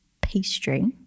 pastry